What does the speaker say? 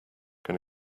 can